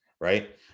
right